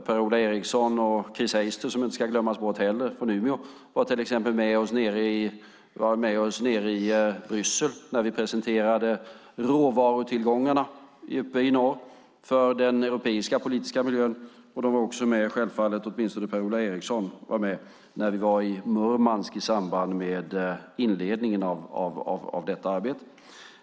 Per-Ola Eriksson och Chris Heister, som inte heller ska glömmas bort, från Umeå, var till exempel med oss nere i Bryssel när vi presenterade råvarutillgångarna uppe i norr för den europeiska politiska miljön. De var självfallet också med, åtminstone Per-Ola Eriksson, när vi var i Murmansk i samband med inledningen av detta arbete.